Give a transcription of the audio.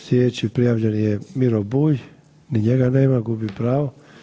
Slijedeći prijavljeni je Miro Bulj, ni njega nema gubi pravo.